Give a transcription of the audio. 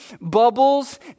bubbles